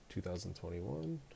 2021